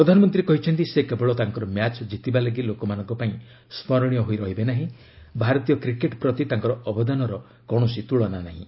ପ୍ରଧାନମନ୍ତ୍ରୀ କହିଛନ୍ତି ସେ କେବଳ ତାଙ୍କର ମ୍ୟାଚ୍ ଜିତିବା ଲାଗି ଲୋକମାନଙ୍କ ପାଇଁ ସ୍କରଣୀୟ ହୋଇ ରହିବେ ନାହିଁ ଭାରତୀୟ କ୍ରିକେଟ୍ ପ୍ରତି ତାଙ୍କର ଅବଦାନର କୌଣସି ତୁଳନା ନାହିଁ